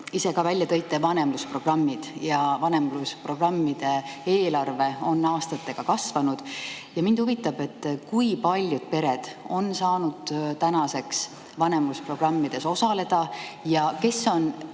ise ka välja tõite, vanemlusprogrammid. Vanemlusprogrammide eelarve on aastatega kasvanud. Mind huvitab, kui paljud pered on saanud tänaseks vanemlusprogrammides osaleda ja kes on